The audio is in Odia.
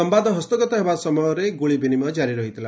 ସମ୍ଭାଦ ହସ୍ତଗତ ହେବା ସମୟରେ ଏହି ଗୁଳି ବିନିମୟ କାରି ରହିଥିଲା